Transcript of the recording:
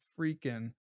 freaking